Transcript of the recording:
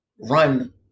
run